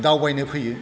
दावबायनो फैयो